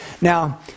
Now